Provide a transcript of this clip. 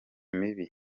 mibi